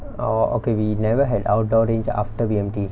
orh okay we never had outdoor range after B_M_T